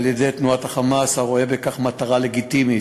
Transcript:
על-ידי תנועת ה"חמאס" הרואה בכך מטרה לגיטימית,